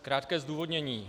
Krátké zdůvodnění.